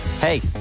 hey